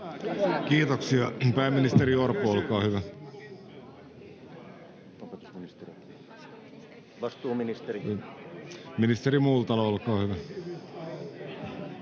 Kiitoksia. — Pääministeri Orpo, olkaa hyvä. — Ministeri Multala, olkaa hyvä.